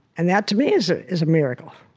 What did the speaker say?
and that to me is ah is a miracle.